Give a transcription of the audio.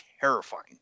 terrifying